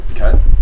Okay